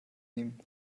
nehmen